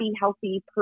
healthy